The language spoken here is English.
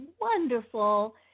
wonderful